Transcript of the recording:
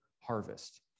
harvest